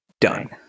done